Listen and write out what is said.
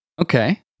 Okay